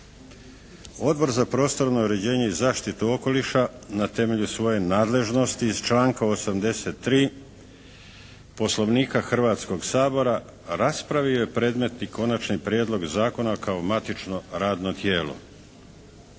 Odbor za prostorno uređenje i zaštitu okoliša na temelju svoje nadležnosti iz članka 83. Poslovnika Hrvatskog sabora raspravio je predmet i Konačni prijedlog zakona kao matično radno tijelo.